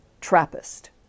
TRAPPIST